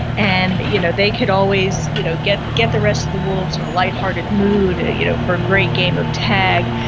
and but you know they could always you know get get the rest of the wolves in a light-hearted mood you know for a great game of tag.